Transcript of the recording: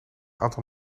aantal